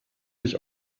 mich